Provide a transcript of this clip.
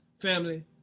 family